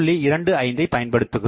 25 ஐ பயன்படுத்துகிறோம்